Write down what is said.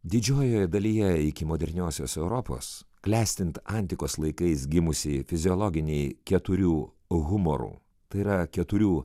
didžiojoje dalyje iki moderniosios europos klestint antikos laikais gimusį fiziologinį keturių humorų tai yra keturių